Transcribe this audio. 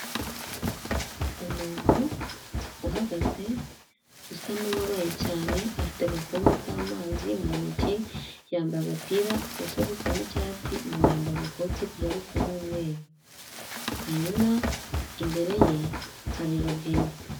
Umuntu uhagaze usa nubabaye cyane afite agakombe k'amazi mu ntoki yambaye agapira gasa gusa n'icyatsi inyuma yambaye ikoti kajya gusa n'umweru hanyuma imbere ye hari robine.